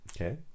Okay